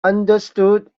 understood